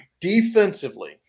defensively